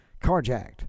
carjacked